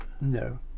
No